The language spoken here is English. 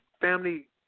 family